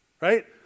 right